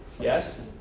Yes